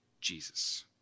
Jesus